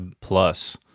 plus